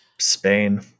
Spain